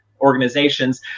organizations